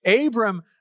Abram